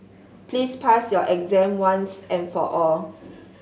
please pass your exam once and for all